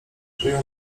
żyją